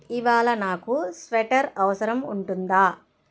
ఇవాళ నాకు స్వెటర్ అవసరం ఉంటుందా